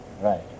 Right